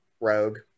Rogue